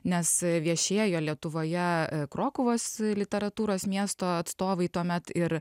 nes viešėjo lietuvoje krokuvos literatūros miesto atstovai tuomet ir